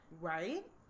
right